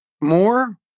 more